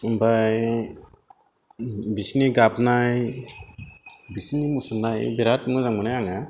ओमफ्राय बिसोरनि गाबनाय बिसोरनि मुसुरनाय बिराद मोजां मोनो आङो